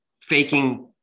faking